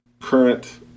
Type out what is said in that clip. current